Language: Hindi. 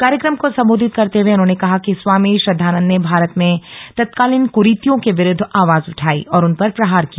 कार्यक्रम को सम्बोधित करते हुए उन्होंने कहा कि स्वामी श्रद्धानंद ने भारत में तत्कालीन कुरीतियों के विरूद्व आवाज उठायी और उन पर प्रहार किया